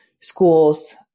schools